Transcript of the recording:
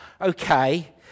Okay